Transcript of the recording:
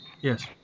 Yes